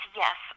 yes